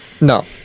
No